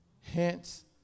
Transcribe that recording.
Hence